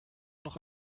noch